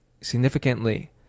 significantly